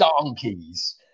donkeys